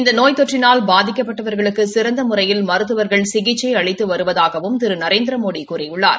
இந்த நோய் தொற்றினால் பாதிக்கப்பட்டவர்களுக்கு சிறந்த முறையில் மருத்துவர்கள் சிகிச்சை அளித்து வருவதாகவும் திரு நரேந்திரமோடி கூறியுள்ளார்